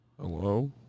Hello